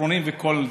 מסרונים וכל זה,